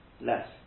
less